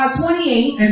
28